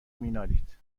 مینالید